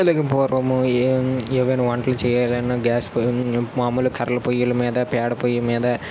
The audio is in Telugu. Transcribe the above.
అలాగే పూర్వము ఏవైనా వంటలు చేయాలన్నా గ్యాస్ పొయ్యి మాములు కర్రల పొయ్యిల మీద పేడ పొయ్యి మీద